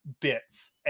bits